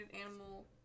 animal